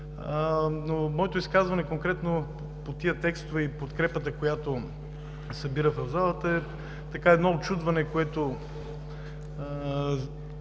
Моето изказване конкретно по тези текстове и подкрепата, която събира в залата, е едно учудване, което